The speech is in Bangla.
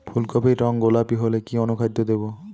ফুল কপির রং গোলাপী হলে কি অনুখাদ্য দেবো?